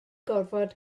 gorfod